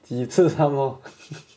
几次 somemore